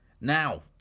Now